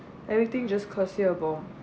everything just cost you a bomb